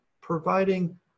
providing